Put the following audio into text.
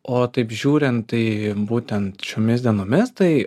o taip žiūrint į būtent šiomis dienomis tai